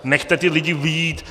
Nechte ty lidi být!